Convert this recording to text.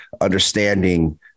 understanding